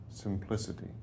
Simplicity